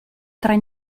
tre